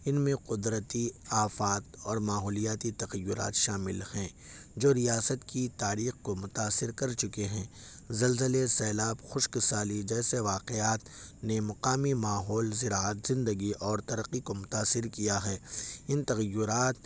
اِن میں قدرتی آفات اور ماحولیاتی تخیلات شامل ہیں جو ریاست کی تاریخ کو متاثر کر چکے ہیں زلزلے سیلاب خشک سالی جیسے واقعات نے مقامی ماحول زراعت زندگی اور ترقی کو متاثر کیا ہے اِن تغیرات